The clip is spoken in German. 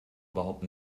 überhaupt